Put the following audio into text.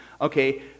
okay